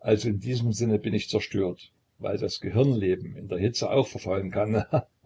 also in diesem sinne bin ich zerstört weil das gehirnleben in der hitze auch verfaulen kann